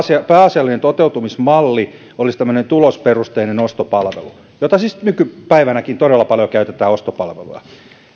pääasiallinen toteutumismalli olisi tämmöinen tulosperusteinen ostopalvelu siis nykypäivänäkin todella paljon käytetään ostopalveluja